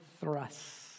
thrusts